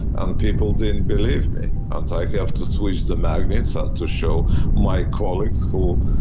and people didn't believe me, and i have to switch the magnets and to show my colleagues who,